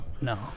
No